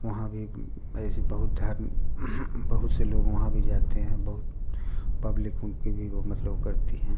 वहाँ भी ऐसे बहुत धर्म बहुत से लोग वहाँ भी जाते हैं बहुत पब्लिक उनकी भी वह मतलब करती हैं